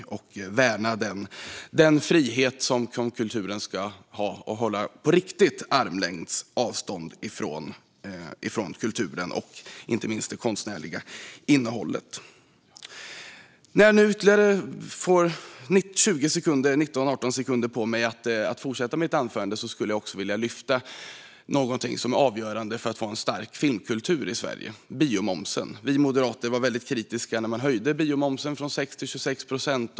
Låt oss värna den frihet kulturen ska ha och på riktigt hålla armlängds avstånd från kulturen och inte minst det konstnärliga innehållet. Låt mig till sist ta upp något som är avgörande för att få en stark biokultur i Sverige, nämligen biomomsen. Vi moderater var väldigt kritiska till att biomomsen höjdes från 6 till 25 procent.